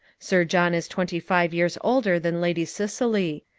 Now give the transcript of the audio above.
sir john is twenty-five years older than lady cicely.